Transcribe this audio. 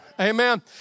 Amen